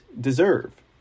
deserve